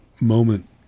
moment